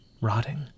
rotting